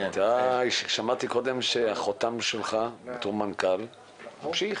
שמעתי קודם שהחותם שלך בתור מנכ"ל המשיך,